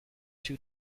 two